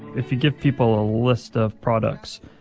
if you give people a list of products,